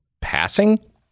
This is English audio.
passing